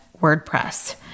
WordPress